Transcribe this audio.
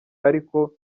ariko